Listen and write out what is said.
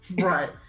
Right